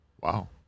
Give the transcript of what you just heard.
Wow